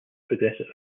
progressive